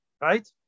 right